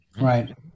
Right